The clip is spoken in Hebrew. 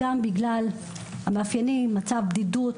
גם בגלל המאפיינים כמו: מצב בדידות,